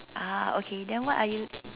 ah okay then what are you